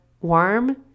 warm